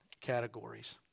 categories